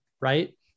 Right